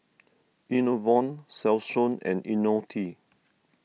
Enervon Selsun and Ionil T